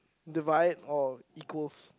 divide or equals